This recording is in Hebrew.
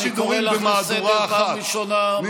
אני קורא אותך לסדר בפעם הראשונה.